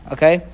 Okay